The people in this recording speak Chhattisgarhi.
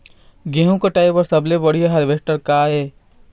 गेहूं कटाई बर सबले बढ़िया हारवेस्टर का ये?